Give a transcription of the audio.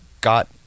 got